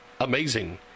amazing